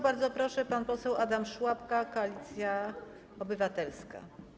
Bardzo proszę, pan poseł Adam Szłapka, Koalicja Obywatelska.